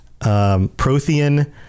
prothean